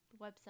website